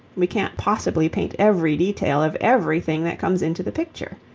we can't possibly paint every detail of everything that comes into the picture.